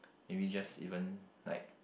maybe just even like